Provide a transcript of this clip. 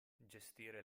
gestire